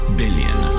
billion